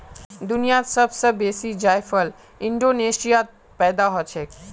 दुनियात सब स बेसी जायफल इंडोनेशियात पैदा हछेक